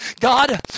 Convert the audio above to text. God